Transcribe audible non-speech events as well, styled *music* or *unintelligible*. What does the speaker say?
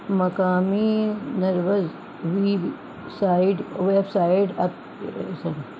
مقامی news website website اپ *unintelligible*